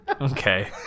Okay